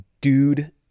dude